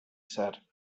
said